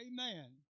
Amen